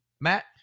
Matt